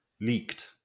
Leaked